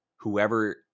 whoever